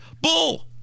Bull